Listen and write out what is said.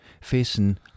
facing